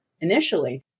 initially